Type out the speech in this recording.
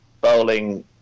bowling